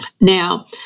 Now